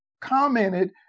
commented